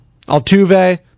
Altuve